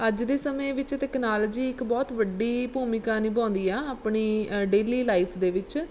ਅੱਜ ਦੇ ਸਮੇਂ ਵਿੱਚ ਤਕਨਾਲੋਜੀ ਇੱਕ ਬਹੁਤ ਵੱਡੀ ਭੂਮਿਕਾ ਨਿਭਾਉਂਦੀ ਆ ਆਪਣੀ ਡੇਲੀ ਲਾਈਫ ਦੇ ਵਿੱਚ